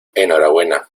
enhorabuena